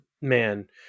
man